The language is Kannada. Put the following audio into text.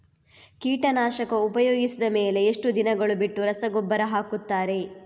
ಕೀಟನಾಶಕ ಉಪಯೋಗಿಸಿದ ಮೇಲೆ ಎಷ್ಟು ದಿನಗಳು ಬಿಟ್ಟು ರಸಗೊಬ್ಬರ ಹಾಕುತ್ತಾರೆ?